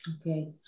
Okay